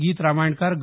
गीत रामायणकार ग